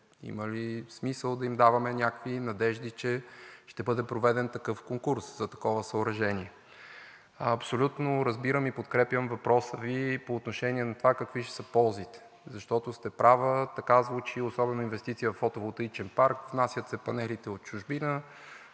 има ли смисъл да им даваме някакви надежди, че ще бъде проведен такъв конкурс за такова съоръжение. Абсолютно разбирам и подкрепям въпроса Ви и по отношение на това какви ще са ползите, защото сте права, така звучи особено – инвестиция във фотоволтаичен парк. Внасят се панелите от чужбина,